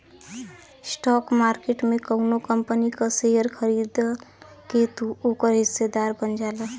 stock market में कउनो company क शेयर खरीद के तू ओकर हिस्सेदार बन जाला